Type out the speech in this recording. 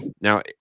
Now